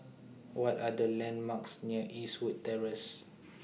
What Are The landmarks near Eastwood Terrace